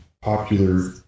popular